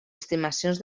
estimacions